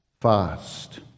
fast